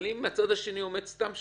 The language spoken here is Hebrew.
אבל אם מצד השני עומד סתם " שלעפאר"